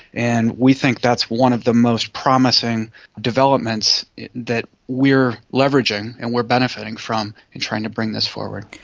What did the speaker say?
and we think that's one of the most promising developments that we're leveraging and we're benefiting from in trying to bring this forward.